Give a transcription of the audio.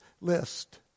list